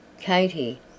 Katie